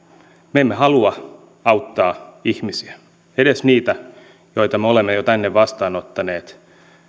me emme halua auttaa ihmisiä edes niitä joita me olemme jo tänne vastaanottaneet